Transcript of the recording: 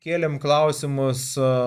kėlėme klausimus su